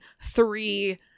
three